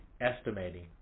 Estimating